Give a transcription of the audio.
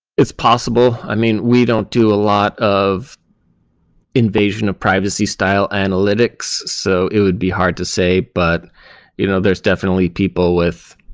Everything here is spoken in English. it's possible. i mean, we don't do a lot of invasion of privacy style analytics. so it would be hard to say. but you know there's definitely people with